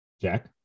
Jack